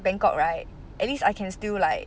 bangkok right at least I can still like